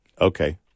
okay